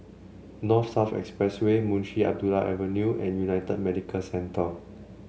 North South Expressway Munshi Abdullah Avenue and United Medicare Centre